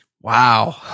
Wow